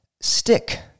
stick